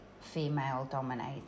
female-dominated